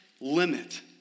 limit